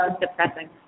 depressing